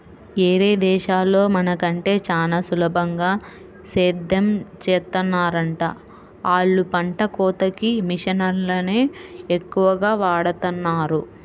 యేరే దేశాల్లో మన కంటే చానా సులభంగా సేద్దెం చేత్తన్నారంట, ఆళ్ళు పంట కోతకి మిషన్లనే ఎక్కువగా వాడతన్నారు